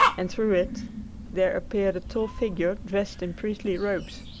and through it there appeared a tall figure dressed in priestly robes.